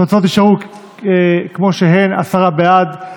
התוצאות יישארו כמו שהן: עשרה בעד,